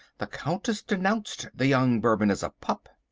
the countess denounced the young bourbon as a pup!